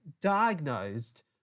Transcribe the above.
diagnosed